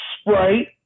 Sprite